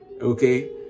Okay